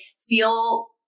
feel